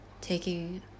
taking